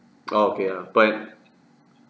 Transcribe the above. orh okay ya but